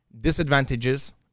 Disadvantages